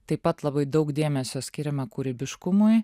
taip pat labai daug dėmesio skiriama kūrybiškumui